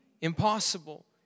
impossible